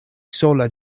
sola